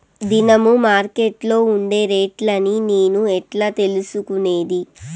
దినము మార్కెట్లో ఉండే రేట్లని నేను ఎట్లా తెలుసుకునేది?